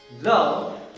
love